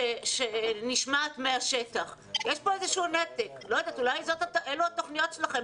מה שאני יכול לומר זה שכרגע אין החלטה על פעימות נוספות.